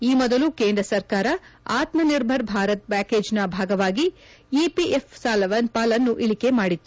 ಈ ಮೊದಲು ಕೇಂದ್ರ ಸರ್ಕಾರ ಆತ್ಸನಿರ್ಭರ್ ಭಾರತ್ ಪ್ಲಾಕೇಜ್ನ ಭಾಗವಾಗಿ ಇಪಿಎಫ್ ಪಾಲನ್ನು ಇಳಕೆ ಮಾಡಿತ್ತು